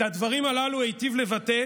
את הדברים הללו היטיב לבטא